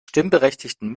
stimmberechtigten